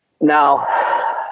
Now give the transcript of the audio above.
Now